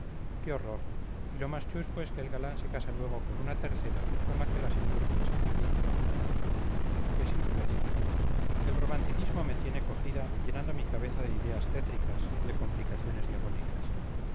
qué horror y lo más chusco es que el galán se casa luego con una tercera con la que las indujo al sacrifico qué simpleza el romanticismo me tiene cogida llenando mi cabeza de ideas tétricas de complicaciones diabólicas